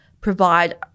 provide